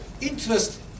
interest